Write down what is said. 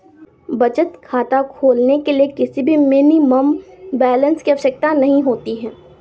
बचत खाता खोलने के लिए किसी भी मिनिमम बैलेंस की आवश्यकता नहीं होती है